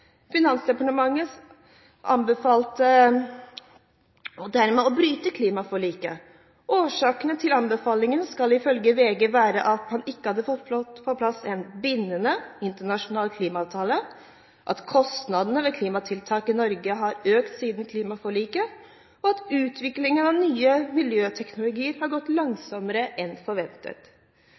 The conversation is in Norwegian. anbefalte dermed å bryte klimaforliket. Årsakene til anbefalingen skal ifølge VG være at man ikke hadde fått på plass en bindende internasjonal klimaavtale, at kostnadene ved klimatiltak i Norge har økt siden klimaforliket, og at utviklingen av ny miljøteknologi har gått langsommere enn forventet.